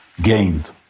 gained